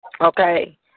Okay